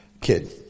kid